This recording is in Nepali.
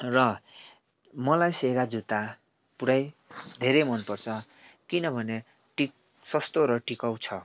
र मलाई सेगा जुत्ता पुरै धेरै मनपर्छ किनभने टिक सस्तो र टिकाउ छ